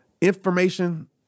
Information